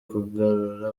kugarura